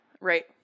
Right